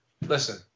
listen